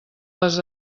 les